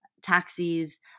taxis